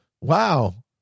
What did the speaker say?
Wow